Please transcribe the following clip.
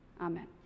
Amen